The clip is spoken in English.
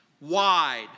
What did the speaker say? Wide